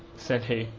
said he,